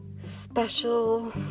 special